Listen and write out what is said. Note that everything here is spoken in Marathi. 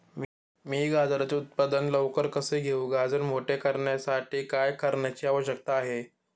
मी गाजराचे उत्पादन लवकर कसे घेऊ? गाजर मोठे करण्यासाठी काय करण्याची आवश्यकता आहे?